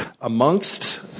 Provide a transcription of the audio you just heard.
Amongst